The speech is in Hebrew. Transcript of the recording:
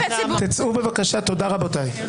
תצאו, בבקשה, תודה, רבותיי.